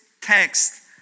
text